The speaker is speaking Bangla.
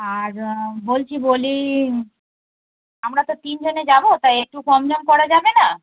আর বলছি বলি আমরা তো তিনজনে যাবো তাই একটু কম দাম করা যাবে না